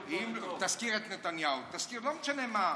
תזכיר את נתניהו, לא משנה מה.